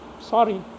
Sorry